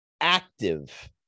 active